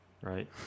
right